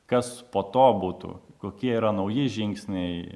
kas po to būtų kokie yra nauji žingsniai